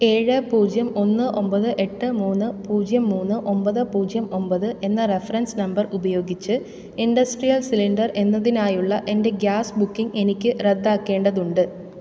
ഏഴ് പൂജ്യം ഒന്ന് ഒമ്പത് എട്ട് മൂന്ന് പൂജ്യം മൂന്ന് ഒമ്പത് പൂജ്യം ഒമ്പത് എന്ന റഫറൻസ് നമ്പർ ഉപയോഗിച്ച് ഇൻഡസ്ട്രിയൽ സിലിണ്ടർ എന്നതിനായുള്ള എൻ്റെ ഗ്യാസ് ബുക്കിംഗ് എനിക്ക് റദ്ദാക്കേണ്ടതുണ്ട്